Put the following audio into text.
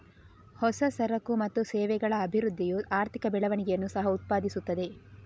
ಹೊಸ ಸರಕು ಮತ್ತು ಸೇವೆಗಳ ಅಭಿವೃದ್ಧಿಯು ಆರ್ಥಿಕ ಬೆಳವಣಿಗೆಯನ್ನು ಸಹ ಉತ್ಪಾದಿಸುತ್ತದೆ